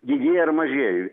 didieji ar mažieji